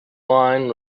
wine